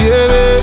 Baby